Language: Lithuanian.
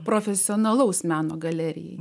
profesionalaus meno galerijai